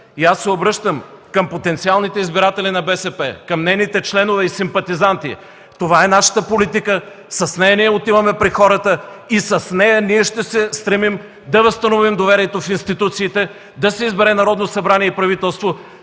Обръщам се към потенциалните избиратели на БСП, към нейните членове и симпатизанти: това е нашата политика, с нея ние отиваме при хората и с нея ще се стремим да възстановим доверието към институциите, да се избере Народно събрание и правителство,